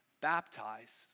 baptized